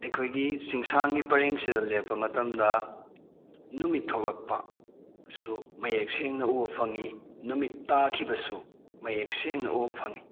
ꯑꯩꯈꯣꯏꯒꯤ ꯆꯤꯡꯁꯥꯡꯒꯤ ꯄꯔꯦꯡꯗ ꯂꯦꯞꯄ ꯃꯇꯝꯗ ꯅꯨꯃꯤꯠ ꯊꯣꯛꯂꯛꯄ ꯁꯨ ꯃꯌꯦꯛ ꯁꯦꯡꯅ ꯎꯕ ꯐꯪꯏ ꯅꯨꯃꯤꯠ ꯇꯥꯈꯤꯕꯁꯨ ꯃꯌꯦꯛ ꯁꯦꯡꯅ ꯎꯕ ꯐꯪꯏ